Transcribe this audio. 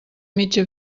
mitja